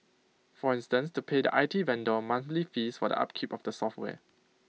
for instance to pay the I T vendor monthly fees for the upkeep of the software